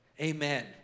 Amen